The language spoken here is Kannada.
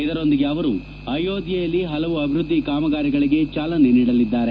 ಇದರೊಂದಿಗೆ ಅವರು ಅಯೋಧ್ಯೆಯಲ್ಲಿ ಹಲವು ಅಭಿವೃದ್ದಿ ಕಾಮಗಾರಿಗಳಿಗೆ ಚಾಲನೆ ನೀಡಲಿದ್ದಾರೆ